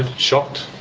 ah shocked,